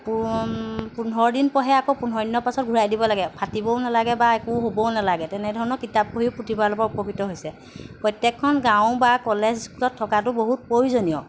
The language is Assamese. পো পোন্ধৰ দিন পঢ়ে আকৌ পোন্ধৰ দিনৰ পাছত ঘূৰাই দিব লাগে ফাটিবও নালাগে বা একো হ'বও নালাগে তেনেধৰণৰ কিতাপ পঢ়ি পুথিভঁৰালৰ পৰা উপকৃত হৈছে প্ৰত্যেকখন গাঁও বা কলেজ স্কুলত থকাটো বহুত প্ৰয়োজনীয়